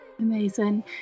Amazing